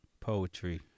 poetry